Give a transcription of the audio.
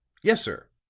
yes, sir,